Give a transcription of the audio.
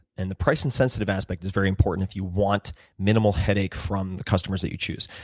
and the price insensitive aspect is very important if you want minimal headache from the customers that you choose.